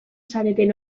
zareten